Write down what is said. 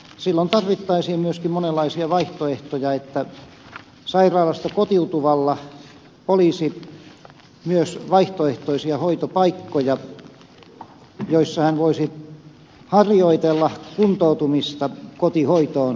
silloin tarvittaisiin myöskin monenlaisia vaihtoehtoja että sairaalasta kotiutuvalla olisi myös vaihtoehtoisia hoitopaikkoja joissa hän voisi harjoitella kuntoutumista kotihoitoon pääsemistä varten